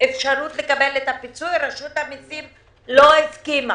אפשרות לקבל את הפיצוי אבל רשות המיסים לא הסכימה